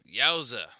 yowza